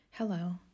Hello